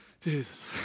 Jesus